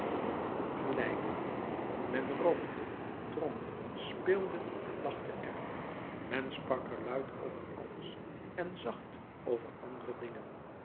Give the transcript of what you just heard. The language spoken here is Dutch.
geleidde men rookte dronk speelde en lachte er men sprak er luid over alles en zacht over andere dingen